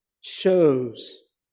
shows